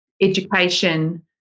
education